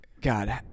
God